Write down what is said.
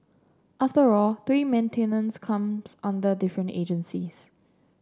after all tree maintenance comes under different agencies